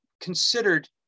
considered